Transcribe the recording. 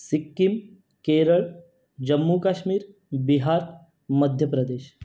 Sikkim Kerala Jammu Kashmir Bihar Madhya Pradesh